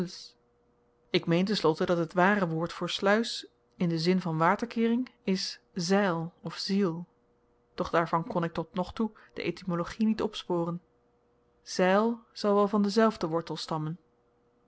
ik meen ten slotte dat het ware woord voor sluis in den zin van waterkeering is zyl of ziel doch daarvan kon ik tot nog toe de etymologie niet opsporen zyl zl zal wel van denzelfden wortel stammen